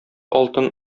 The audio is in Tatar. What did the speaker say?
алтын